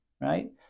right